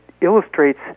illustrates